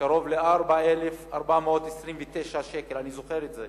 קרוב ל-4,429 שקלים, אני זוכר את זה,